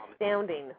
astounding